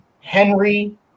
Henry